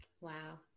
wow